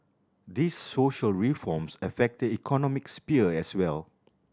these social reforms affect the economic sphere as well